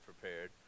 prepared